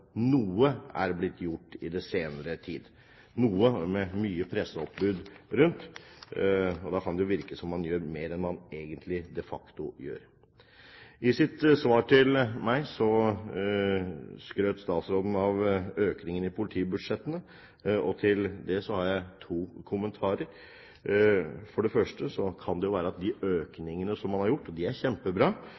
noe er blitt gjort i den senere tid – noe, med mye presseoppbud rundt. Da kan det virke som om man gjør mer enn man de facto gjør. I sitt svar til meg skrøt statsråden av økningen i politibudsjettene. Til det har jeg to kommentarer. For det første: De økningene som man har gjort, er kjempebra,